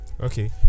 Okay